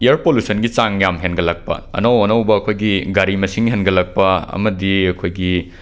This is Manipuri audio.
ꯏꯌꯔ ꯄꯣꯂꯨꯁꯟꯒꯤ ꯆꯥꯡ ꯌꯥꯝ ꯍꯦꯟꯒꯠꯂꯛꯄ ꯑꯅꯧ ꯑꯅꯧꯕ ꯑꯩꯈꯣꯏꯒꯤ ꯒꯥꯔꯤ ꯃꯁꯤꯡ ꯍꯦꯟꯒꯠꯂꯛꯄ ꯑꯃꯗꯤ ꯑꯩꯈꯣꯏꯒꯤ